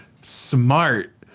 smart